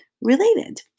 related